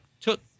took